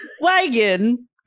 wagon